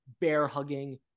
bear-hugging